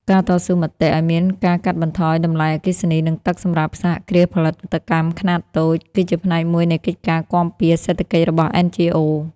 ការតស៊ូមតិឱ្យមានការកាត់បន្ថយតម្លៃអគ្គិសនី និងទឹកសម្រាប់សហគ្រាសផលិតកម្មខ្នាតតូច គឺជាផ្នែកមួយនៃកិច្ចការគាំពារសេដ្ឋកិច្ចរបស់ NGOs។